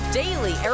daily